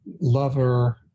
lover